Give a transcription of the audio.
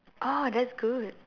oh that's good